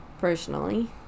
personally